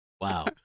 Wow